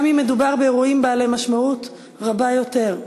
גם אם מדובר באירועים בעלי משמעות רבה יותר.